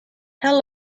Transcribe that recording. how